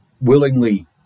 willingly